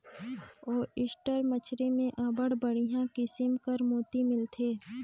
oyster मछरी में अब्बड़ बड़िहा किसिम कर मोती मिलथे